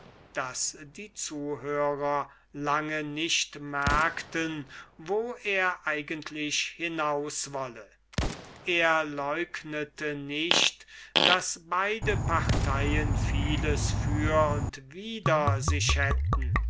daß die zuhörer lange nicht merkten wo er eigentlich hinaus wolle er leugnete nicht daß beide parteien vieles für und wider sich hätten